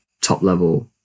top-level